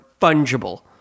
fungible